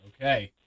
Okay